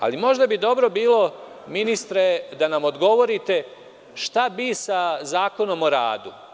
Ali, možda bi dobro bilo, ministre, da nam odgovorite šta bi sa Zakonom o radu?